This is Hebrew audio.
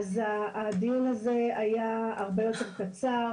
אז הדיון הזה היה הרבה יותר קצר.